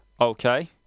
Okay